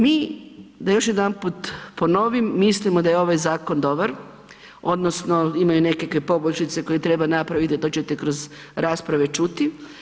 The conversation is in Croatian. Mi da još jedanput ponovim, mislimo da je ovaj zakon dobar odnosno imaju nekakve poboljšice koje treba napravit, a to ćete kroz rasprave čuti.